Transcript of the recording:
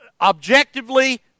objectively